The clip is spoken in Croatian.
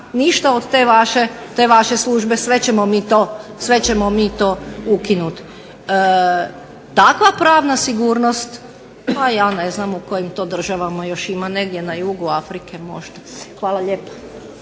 ništa od te vaše službe, sve ćemo mi to ukinuti. Takva pravna sigurnost pa ja ne znam u kojim to državama još ima, negdje na jugu Afrike možda. Hvala lijepa.